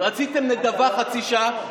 רציתם נדבה חצי שעה,